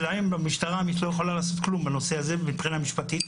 שלהם המשטרה לא יכולה לעשות כלום בנושא הזה מבחינה משפטית,